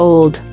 Old